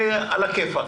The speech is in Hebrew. יהיה על הכיפק.